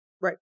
Right